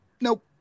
Nope